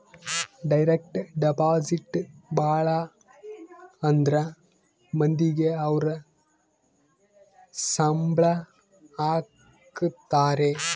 direct deposit ಭಾಳ ಅಂದ್ರ ಮಂದಿಗೆ ಅವ್ರ ಸಂಬ್ಳ ಹಾಕತರೆ